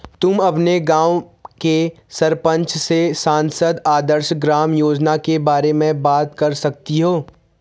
तुम अपने गाँव के सरपंच से सांसद आदर्श ग्राम योजना के बारे में बात कर सकती हो